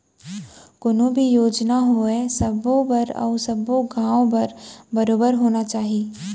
कोनो भी योजना होवय सबो बर अउ सब्बो गॉंव बर बरोबर होना चाही